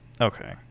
Okay